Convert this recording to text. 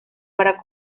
para